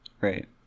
Right